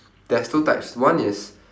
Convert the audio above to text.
there's two types one is